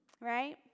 right